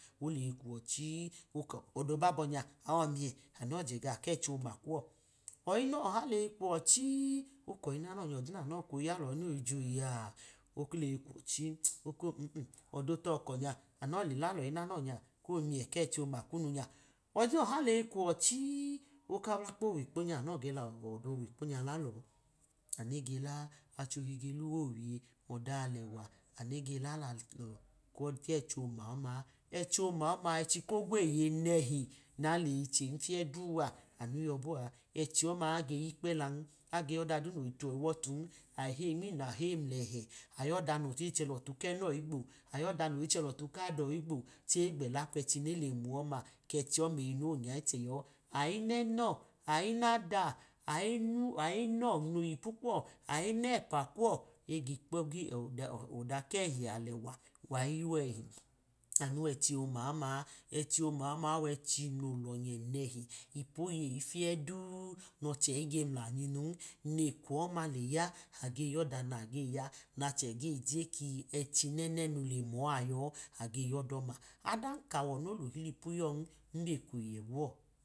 Oleyi kuwọ chi, ọda obabọ nya awọ miyẹ, anọ je gaọ kechi ọma kuwọ, ọyi nọ ọa leyi kwọ chi-i, oka oyinanọ nya ọdi nanọ koyi yalọ noyi jọ eyi a, oko mhmh ọda olọkọ nya anọ le la lọyi nana nya ko mujẹ kẹchi oma kunu nya, oyimọ ọha leyi kwọ chi-i oka ablakpa owikpo nya, kanọ ge lọ lọ o̱da onikpo nya lalọ, anu noge la’a, acholi be liwe owiye, ọda alẹwa anu nege lalọ, kechi oma ọmaa, echi oma ọma ẹchi kogroeye nehi, naleyi chen fiye du a, anu yọ bọ a, ẹchi ọma age yikpẹla age yọda du naji tọ iwọtum, aheyi nmino aheyi nlẹhẹ ayọ ọda nage chelọtu kẹnọ igbo, ayọ ọda nege chelọtu kada ọ igbo, chẹ egbela kwẹchi nele muwọ ọma, kẹchi eyimi onya ichẹ yọ ayi nenọ ayi nada ayinu, ayi nọ no yipu kuwo̱ ayi nẹ ẹpa kuwọ ebekpọ bi o̱da alẹwa wayi yọ ẹchi arnu wẹchi oma oma, echi oma ọma owechi no lọnyẹ nẹchi ipu oyeyi fye du nochẹ ige mlanyi nun, neko ọma leya age yọda nageya nachẹ geje ku, echi nenenu lemọ a yọ, age yọda ọma, aankawọ no lolulipu yọ neko leyẹ awọ.